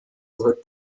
gehört